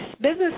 business